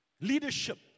Leadership